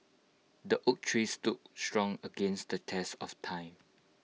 the oak tree stood strong against the test of time